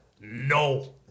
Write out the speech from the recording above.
no